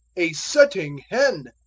a setting hen.